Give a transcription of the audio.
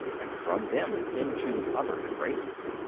and from them into other embraces.